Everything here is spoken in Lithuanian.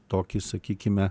tokį sakykime